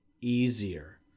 easier